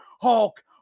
Hulk